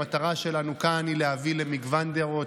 המטרה שלנו כאן היא להביא למגוון דעות,